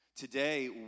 Today